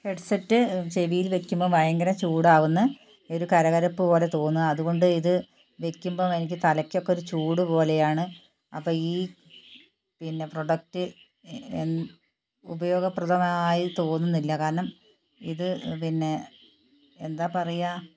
headset ചെവിയിൽ വയ്ക്കുമ്പം ഭയകര ചൂടാവുന്നു ഒരു കരകരപ്പുപോലെ തോന്നുക അതുകൊണ്ടു ഇത് വയ്ക്കുമ്പം എനിക്ക് തലയ്ക്കൊക്കെ ഒരു ചൂടുപോലെയാണ് അപ്പോൾ ഈ പിന്നെ പ്രോഡക്ട് ഉപയോഗപ്രദമായി തോന്നുന്നില്ല കാരണം ഇത് പിന്നെ എന്താ പറയുക